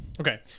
Okay